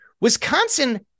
Wisconsin